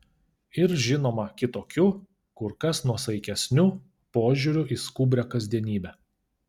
ir žinoma kitokiu kur kas nuosaikesniu požiūriu į skubrią kasdienybę